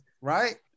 Right